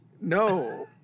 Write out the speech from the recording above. No